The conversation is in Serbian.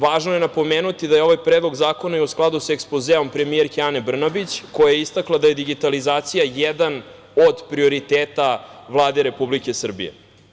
Važno je napomenuti da je ovaj Predlog zakona i u skladu sa ekspozeom premijerke Ane Brnabić koja je istakla da je digitalizacija jedan od prioriteta Vlade Republike Srbije.